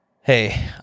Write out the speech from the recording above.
Hey